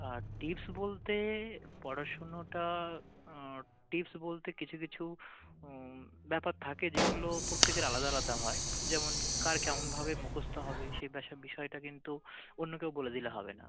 আর tips বলতে পড়াশুনোটা tips বলতে কিছু ব্যাপার থাকে যেগুলো প্রত্যেকের আলাদা আলাদা হয় যেমন কার কেমনভাবে মুখস্ত হবে সে ব্যাসা বিষয়টা কিন্তু অন্য কেউ বলে দিলে হবে না